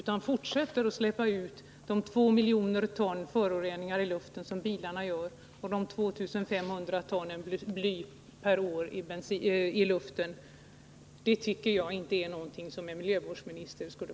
En miljövårdsminister borde inte vara nöjd så länge bilarna fortsätter att släppa ut 2 miljoner ton föroreningar och 2 500 ton bly per år i luften.